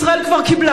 ישראל כבר קיבלה,